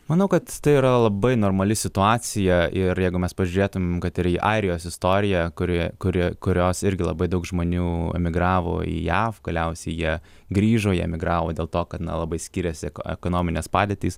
manau kad tai yra labai normali situacija ir jeigu mes pažiūrėtum kad ir į airijos istoriją kurioje kuri kurios irgi labai daug žmonių emigravo į jav galiausiai jie grįžo jie emigravo dėl to kad na labai skyrėsi ekonominės padėtys